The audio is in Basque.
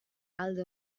alde